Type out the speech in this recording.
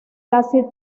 casi